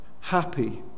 happy